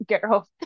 girl